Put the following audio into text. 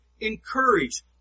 encourage